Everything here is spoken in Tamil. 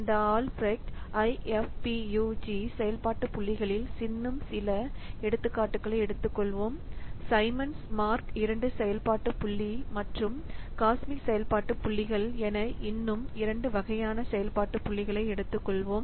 இந்த ஆல்பிரெக்ட் ஐஎஃப்பியுஜி செயல்பாட்டு புள்ளிகளில் இன்னும் சில எடுத்துக்காட்டுகளை எடுத்துக்கொள்வோம் சைமன்ஸ் மார்க் II செயல்பாட்டு புள்ளி மற்றும் காஸ்மிக் செயல்பாட்டு புள்ளிகள் என இன்னும் இரண்டு வகையான செயல்பாட்டு புள்ளிகளை எடுத்துக்கொள்வோம்